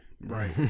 right